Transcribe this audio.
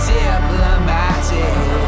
diplomatic